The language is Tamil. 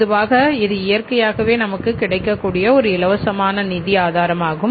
பொதுவாக இது இயற்கையாகவே நமக்கு கிடைக்கக்கூடிய ஒரு இலவசமான நிதி ஆதாரம் ஆகும்